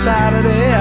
Saturday